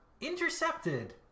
intercepted